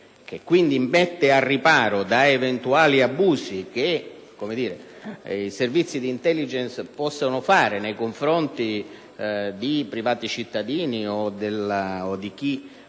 che quindi mette al riparo da eventuali abusi che i Servizi di *intelligence* potrebbero compiere nei confronti di privati cittadini o di chi